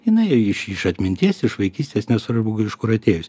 jinai iš iš atminties iš vaikystės nesvarbu iš kur atėjus